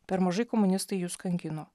per mažai komunistai jus kankino